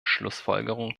schlussfolgerungen